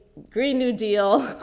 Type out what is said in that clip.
green, new deal,